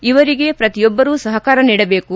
ಇವರಿಗೆ ಪ್ರತಿಯೊಬ್ಬರು ಸಹಕಾರ ನೀಡಬೇಕು